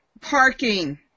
Parking